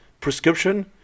prescription